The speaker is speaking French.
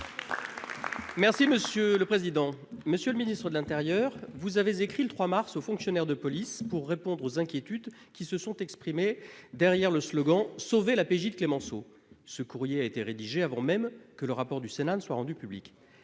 Merci monsieur le président, Monsieur le Ministre de l'Intérieur. Vous avez écrit le 3 mars aux fonctionnaires de police pour répondre aux inquiétudes qui se sont exprimés derrière le slogan Sauver la PJ de Clémenceau, ce courrier a été rédigé avant même que le rapport du Sénat ne soient rendues publiques.